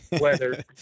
weather